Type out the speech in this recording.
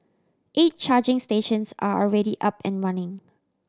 eight charging stations are already up and running